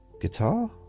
guitar